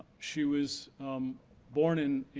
she was born in